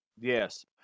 Yes